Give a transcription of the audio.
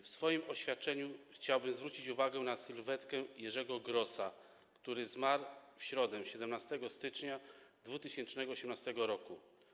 W swoim oświadczeniu chciałbym zwrócić uwagę na sylwetkę Jerzego Grosa, który zmarł w środę 17 stycznia 2018 r.